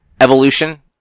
evolution